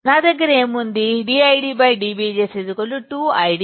dIDdVGS 2IDSS dVGSdVGS Vp will be 1Vp